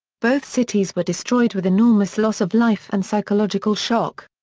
both cities were destroyed with enormous loss of life and psychological shock.